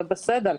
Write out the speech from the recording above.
זה בסדר.